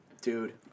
Dude